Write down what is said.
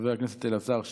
חבר הכנסת אלעזר שטרן,